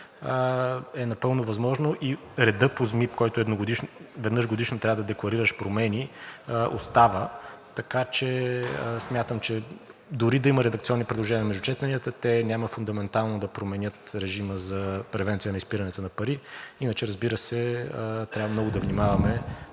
е напълно възможно и редът по ЗМИП, в който веднъж годишно трябва да декларираш промени, остава, така че смятам, че дори и да има редакционни предложения между четенията, те няма фундаментално да променят режима за превенция на изпирането на пари. Иначе, разбира се, трябва много да внимаваме